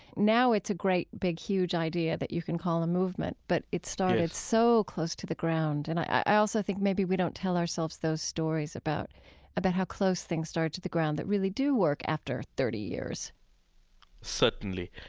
now it's a great big huge idea that you can call a movement, but it started so close to the ground. and i also think maybe we don't tell ourselves those stories about about how close things start to the ground that really do work after thirty years certainly.